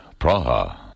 Praha